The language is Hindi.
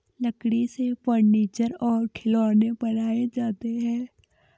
लकड़ी से फर्नीचर और खिलौनें बनाये जाते हैं